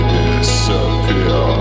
disappear